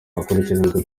akurikiranyweho